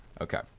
Okay